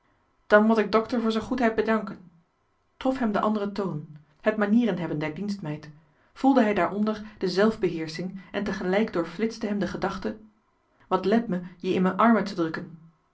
dan moet ik dokter voor zijn goedheid bedanken trof hem de andere toon het manieren hebben der dienstmeid voelde hij daaronder de zelfbeheersching en tegelijk doorflitste hem de gedachte wat let me je in m'en armen te drukken